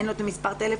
אין לו את מספר הטלפון,